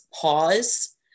pause